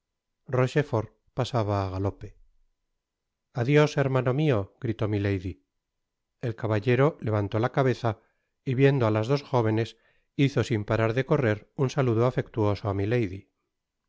rochefort pasaba á galope adios hermano mio gritó milady el caballero levantó la cabeza y viendo á tas dos jóvenes hizo sin parar de oorrer un saludo afectuoso á milady